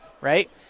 Right